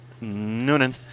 Noonan